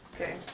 Okay